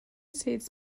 states